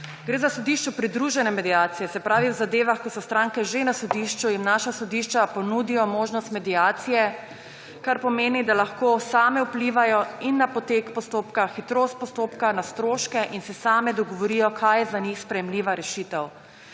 Gre za sodišču pridružene mediacije, se pravi v zadevah, ko so stranke že na sodišču, jim naša sodišča ponudijo možnost mediacije, kar pomeni, da lahko same vplivajo na potek postopka, hitrost postopka, na stroške in se same dogovorijo, kaj je za njih sprejemljiva rešitev.